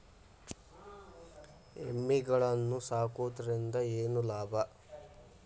ಎಮ್ಮಿಗಳು ಸಾಕುವುದರಿಂದ ಏನು ಲಾಭ?